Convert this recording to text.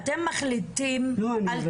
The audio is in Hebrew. אתם מחליטים על